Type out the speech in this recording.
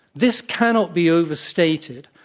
this cannot be over-stated.